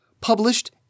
published